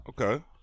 Okay